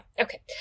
Okay